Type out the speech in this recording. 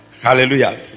Hallelujah